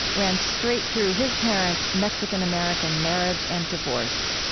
ran straight through his parents' mexican-american marriage and divorce.